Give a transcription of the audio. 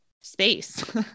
space